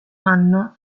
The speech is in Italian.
anno